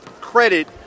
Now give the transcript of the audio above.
credit